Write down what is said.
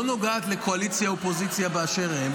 נוגעת לקואליציה ואופוזיציה באשר הן,